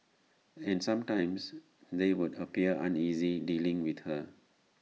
and sometimes they would appear uneasy dealing with her